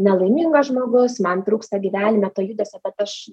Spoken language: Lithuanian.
nelaimingas žmogus man trūksta gyvenime to judesio bet aš